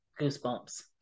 goosebumps